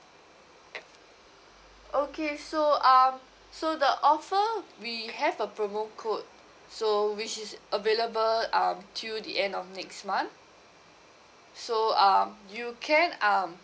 okay so um so the offer we have a promo code so which is available um till the end of next month so uh you can um